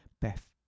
beth